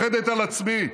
אני מפחדת על עצמי.